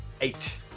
Eight